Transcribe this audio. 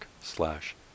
slash